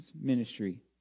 Ministry